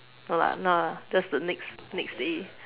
no lah no lah just the next next day